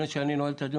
לפני שאני נועל,